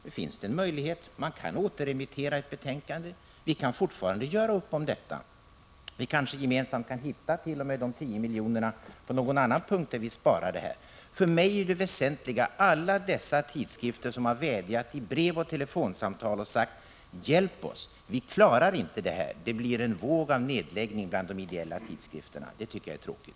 Det finns en möjlighet: ett betänkande kan återremitteras, och vi kan fortfarande göra upp om frågan. Vi kanske t.o.m. gemensamt kan hitta de 10 miljonerna på någon annan punkt, där vi kan spara. För mig är det väsentliga alla de människor från olika tidskrifter som kommit med vädjanden i brev och telefonsamtal och sagt: Hjälp oss — vi klarar inte detta! Det blir en våg av nedläggning bland de ideella tidskrifterna, och det tycker jag är tråkigt.